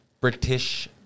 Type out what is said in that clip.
British